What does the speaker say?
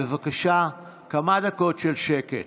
בבקשה, כמה דקות של שקט.